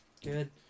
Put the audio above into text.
Good